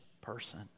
person